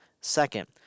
Second